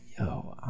yo